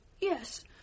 Yes